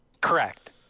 Correct